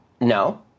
no